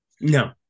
No